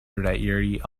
reiri